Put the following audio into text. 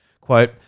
Quote